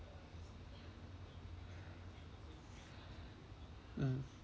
mm